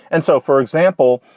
and so, for example,